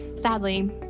Sadly